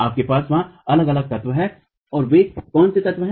आपके पास वहां अलग अलग तत्व हैं और वे कौन से तत्व हैं